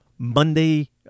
Monday